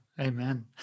Amen